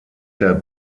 der